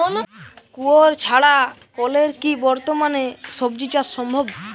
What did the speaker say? কুয়োর ছাড়া কলের কি বর্তমানে শ্বজিচাষ সম্ভব?